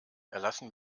erlassen